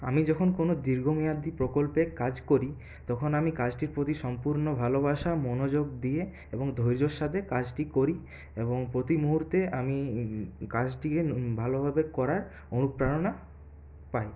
আমি যখন কোনও দীর্ঘমেয়াদী প্রকল্পে কাজ করি তখন আমি কাজটির প্রতি সম্পূর্ণ ভালোবাসা মনোযোগ দিয়ে এবং ধৈর্য্যর সাথে কাজটি করি এবং প্রতি মূহুর্তে আমি কাজটিকে ভালোভাবে করার অনুপ্রেরণা পাই